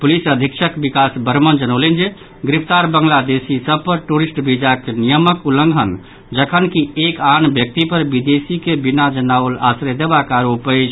police अधीक्षक विकास वर्मन जनौलनि जे गिरफ्तार बांग्लादेशी सभ पर टूरिस्ट वीजाक नियमक उल्लंघन जखनकि एक आन व्यक्ति पर विदेशी के बिना जनाओल आश्रय देबाक आरोप अछि